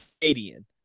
Canadian